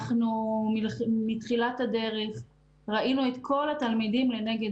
אנחנו מתחילת הדרך ראינו את כל התלמידים לנגד